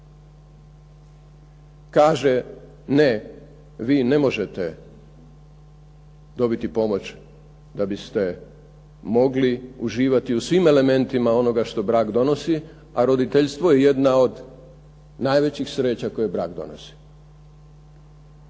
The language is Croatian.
kaže ne vi ne možete dobiti pomoć da biste mogli uživati u svim elementima onoga što brak donosi a roditeljstvo je jedna od najvećih sreća koje brak donosi.